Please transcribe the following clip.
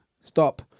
Stop